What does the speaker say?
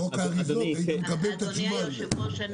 בחוק האריזות היית מקבל את התשובה הזאת.